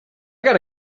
got